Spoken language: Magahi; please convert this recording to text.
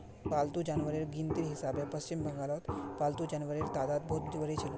पालतू जानवरेर गिनतीर हिसाबे पश्चिम बंगालत पालतू जानवरेर तादाद बहुत बढ़िलछेक